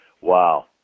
Wow